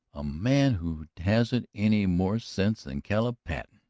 a man who hasn't any more sense than caleb patten,